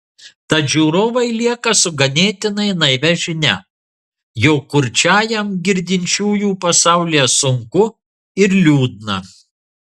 tad žiūrovai lieka su ganėtinai naivia žinia jog kurčiajam girdinčiųjų pasaulyje sunku ir liūdna